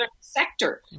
sector